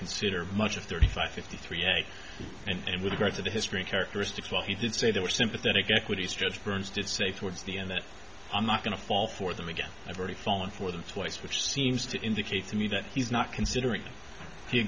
considered much of thirty five fifty three eight and with regard to the history characteristics while he did say there were sympathetic equities judge burns did say towards the end that i'm not going to fall for them again i've already fallen for them twice which seems to indicate to me that he's not considering he